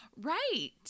right